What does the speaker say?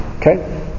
Okay